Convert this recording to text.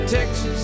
Texas